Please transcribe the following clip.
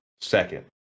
second